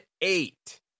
eight